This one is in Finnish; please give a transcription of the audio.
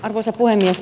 arvoisa puhemies